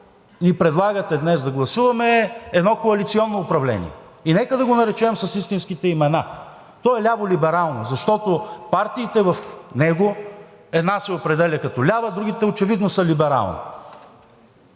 ни предлагате днес да гласуваме, е едно коалиционно управление. Нека да го наречем с истинските имена – то е ляво-либерално, защото партиите в него – една се определя като лява, другите очевидно са либерални.